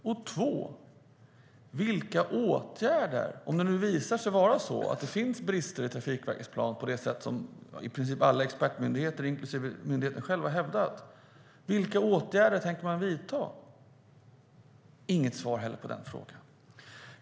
Den andra frågan är: Om det nu visar sig finnas brister i Trafikverkets plan på det sätt i princip alla expertmyndigheter inklusive Trafikverket självt har hävdat, vilka åtgärder tänker man då vidta? Jag får inget svar på den frågan heller.